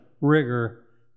rigor